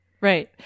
right